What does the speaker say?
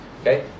okay